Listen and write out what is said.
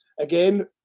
again